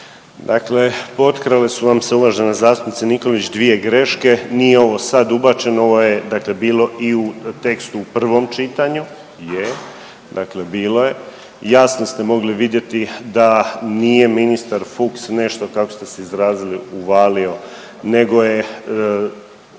Dakle potkrale su vam se, uvažena zastupnice Nikolić, dvije greške. Nije ovo sad ubačeno, ovo je dakle bilo i u tekstu u prvom čitanju. Je, dakle bilo je, jasno ste mogli vidjeti da nije ministar Fuchs nešto, kako ste se izrazili, uvalio, nego je